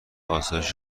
آسایش